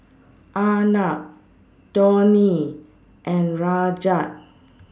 Arnab Dhoni and Rajat